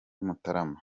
mutarama